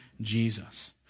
Jesus